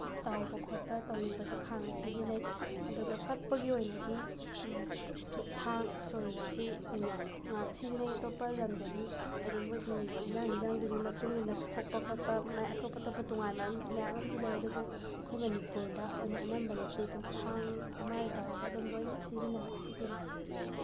ꯇꯥꯎꯕ ꯈꯣꯠꯄ ꯇꯧꯅꯤꯡꯕꯗ ꯈꯥꯡ ꯁꯤꯖꯤꯟꯅꯩ ꯑꯗꯨꯒ ꯀꯛꯄꯒꯤ ꯑꯣꯏꯅꯗꯤ ꯊꯥꯡ ꯁꯣꯔꯤꯁꯦ ꯑꯣꯏꯅ ꯉꯥꯛ ꯁꯤꯖꯤꯟꯅꯩ ꯑꯇꯣꯞꯄ ꯂꯝꯗꯗꯤ ꯍꯥꯏꯗꯤ ꯃꯣꯏꯒꯤ ꯑꯦꯟꯁꯥꯡ ꯑꯦꯟꯁꯥꯡꯗꯨꯒꯤ ꯃꯇꯨꯡꯏꯟꯅ ꯈꯣꯛꯄ ꯈꯣꯠꯄ ꯃꯥꯏ ꯑꯇꯣꯞ ꯑꯇꯣꯞꯄ ꯇꯣꯉꯥꯟꯕ ꯃꯌꯥꯝ ꯑꯃꯗꯤ ꯂꯩ ꯑꯗꯨꯕꯨ ꯑꯩꯈꯣꯏ ꯃꯅꯤꯄꯨꯔꯗ ꯑꯣꯏꯅ ꯑꯅꯝꯕꯅꯗꯤ ꯑꯗꯨꯝ ꯊꯥꯡ ꯑꯃ ꯇꯧꯔꯒ ꯑꯗꯨꯝ ꯂꯣꯏꯅ ꯁꯤꯖꯤꯟꯅꯕ ꯁꯤꯖꯤꯅꯩ